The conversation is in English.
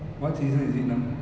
what season is it now